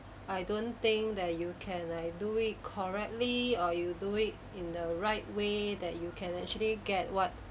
I don't think that you can like do it correctly or you do it in the right way that you can actually get what